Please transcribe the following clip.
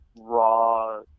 raw